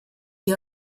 die